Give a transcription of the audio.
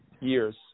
Years